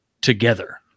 together